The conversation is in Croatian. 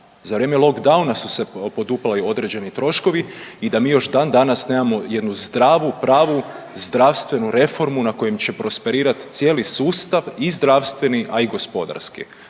za vrijeme lockdowna su se poduplali određeni troškovi i da mi još dan danas nemamo jednu zdravu, pravu zdravstvenu reformu na kojoj će prosperirati cijeli sustav i zdravstveni a i gospodarski.